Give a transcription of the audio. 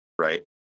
right